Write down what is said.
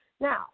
Now